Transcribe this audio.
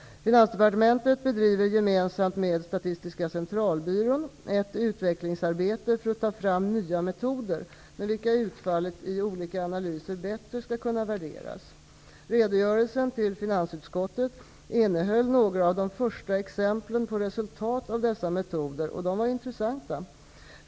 Finansdepartementet bedriver gemensamt med Statistiska centralbyrån ett utvecklingsarbete för att ta fram nya metoder med vilka utfallet i olika analyser bättre skall kunna värderas. Redogörelsen till finansutskottet innehöll några av de första exemplen på resultat av dessa metoder -- och de var intressanta.